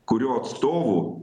kurio atstovų